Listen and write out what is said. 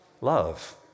Love